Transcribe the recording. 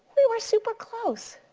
we were super close.